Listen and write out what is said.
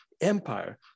Empire